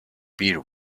pier